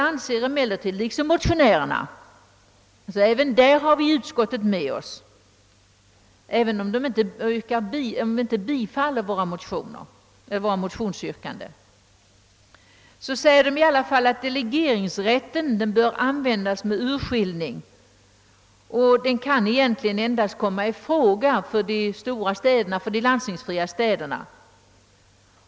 Utskottet anser liksom motionärerna — också på denna punkt har vi alltså utskottet med oss, även om utskottet inte tillstyrker motionsyrkandena — att delegeringsrätten bör användas med urskiljning och att den egentligen endast kan komma i fråga för de landstingsfria städerna.